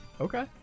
Okay